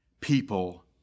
people